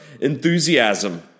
enthusiasm